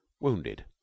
wounded